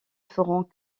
feront